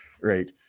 right